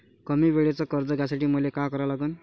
कमी वेळेचं कर्ज घ्यासाठी मले का करा लागन?